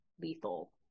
lethal